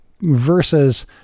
versus